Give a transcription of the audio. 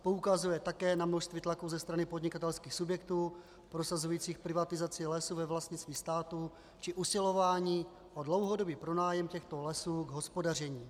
Poukazuje také na množství tlaků ze strany podnikatelských subjektů prosazujících privatizaci lesů ve vlastnictví státu či usilování o dlouhodobý pronájem těchto lesů k hospodaření.